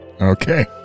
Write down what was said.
Okay